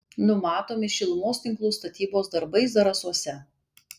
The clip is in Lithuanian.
numatomi šilumos tinklų statybos darbai zarasuose